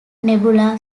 nebula